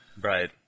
Right